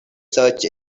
search